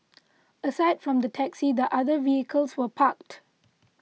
aside from the taxi the other vehicles were parked